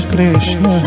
Krishna